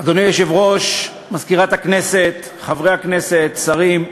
אדוני היושב-ראש, מזכירת הכנסת, חברי הכנסת, שרים,